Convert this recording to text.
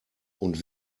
und